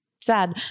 sad